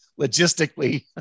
logistically